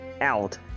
out